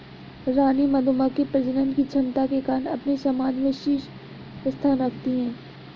रानी मधुमक्खी प्रजनन की क्षमता के कारण अपने समाज में शीर्ष स्थान रखती है